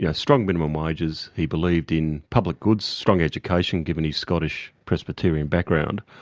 yeah strong minimum wages. he believed in public goods, strong education, given his scottish presbyterian background,